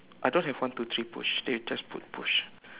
I don't have one two three push they just put push